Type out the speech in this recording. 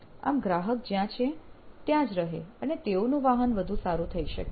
આમ ગ્રાહક જ્યાં હોય ત્યાં જ રહે અને તેઓનું વાહન વધુ સારું થઈ શકે